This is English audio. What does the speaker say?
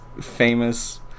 famous